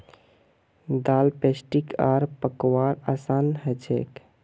दाल पोष्टिक आर पकव्वार असान हछेक